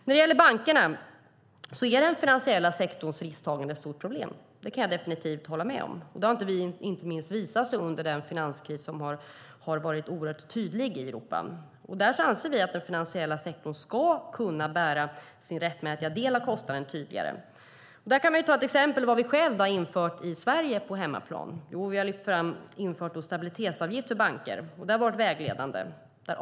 När det gäller bankerna är den finansiella sektorns risktagande ett stort problem. Det kan jag definitivt hålla med om. Det har inte minst visat sig under finanskrisen som varit mycket påtaglig i Europa. Därför anser vi att den finansiella sektorn ska kunna bära sin rättmätiga del av kostnaden tydligare. Låt mig ta några exempel på vad vi har gjort här i Sverige. Vi har infört stabilitetsavgift för banker, vilket har varit vägledande.